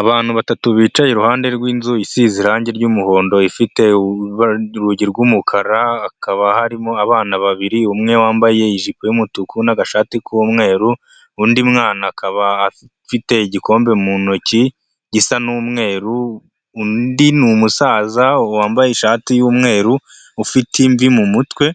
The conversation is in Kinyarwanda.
Abantu batatu bicaye iruhande rw'inzu, isize irangi ry'umuhondo ifite urugi rw'umukara, hakaba harimo abana babiri, umwe wambaye ijipo y'umutuku n'agashati k'umweru, undi mwana akaba afite igikombe mu ntoki gisa n'umweru, undi ni umusaza wambaye ishati y'umweru ufite imvi mu mutwe,